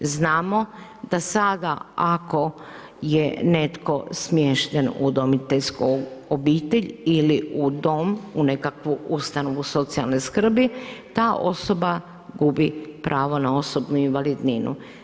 Znamo da saga ako je netko smješten u udomiteljsku obitelj ili u dom, u nekakvu ustanovu socijalne skrbi, ta osoba gubi pravo na osobnu invalidninu.